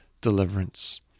deliverance